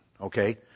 Okay